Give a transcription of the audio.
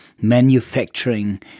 manufacturing